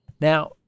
Now